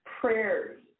prayers